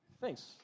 thanks